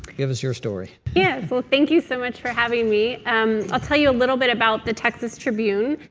give us your story. yes. well, thank you so much for having me. um i'll tell you a little bit about the texas tribune.